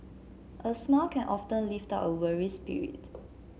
a smile can often lift up a weary spirit